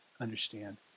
understand